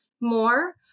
more